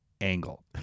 angle